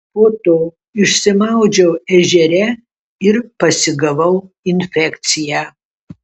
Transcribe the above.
po to išsimaudžiau ežere ir pasigavau infekciją